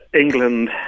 England